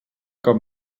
cop